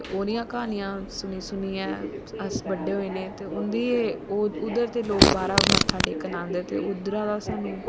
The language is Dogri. ते ओह् नेहियां कहानियां सुनी सुनियै अस बड्डे होए ने ते उंदी उध्दर ते लोग बाह्रा मत्था टेकन आंदे ते उध्दरा दा साह्नू